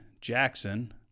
Jackson